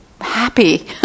happy